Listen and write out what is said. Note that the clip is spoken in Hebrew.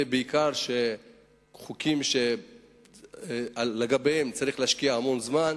אלה בעיקר חוקים שצריך להשקיע בהם המון זמן,